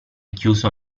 chiuso